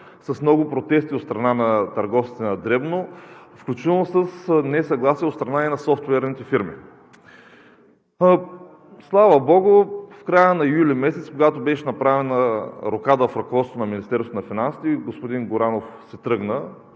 с много протести от страна на търговците на дребно, включително с несъгласие от страна и на софтуерните фирми. Слава богу, в края на месец юли, когато беше направена рокада в ръководството на Министерството на финансите и господин Горанов си тръгна,